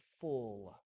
full